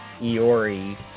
Iori